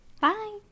Bye